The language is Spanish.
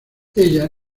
ella